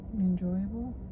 Enjoyable